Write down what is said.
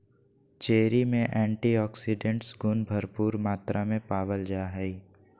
cherry में antioxidants गुण भरपूर मात्रा में पावल जा हइ